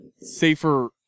safer